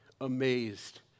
amazed